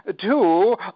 two